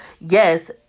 Yes